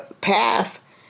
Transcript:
path